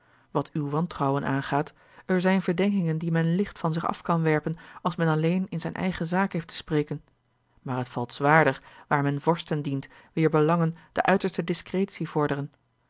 wat uw wantrouwen aangaat er zijn verdenkingen die men licht van zich af kan werpen als men alleen in zijne eigene zaak heeft te spreken maar het valt zwaarder waar men vorsten dient wier belangen de uiterste discretie vorderen